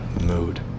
mood